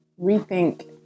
rethink